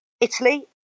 Italy